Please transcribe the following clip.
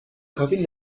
کافی